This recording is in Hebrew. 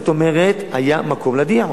זאת אומרת, היה מקום להדיח אותו.